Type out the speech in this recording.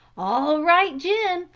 all right, jim,